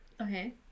Okay